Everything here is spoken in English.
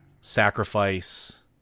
sacrifice